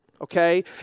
Okay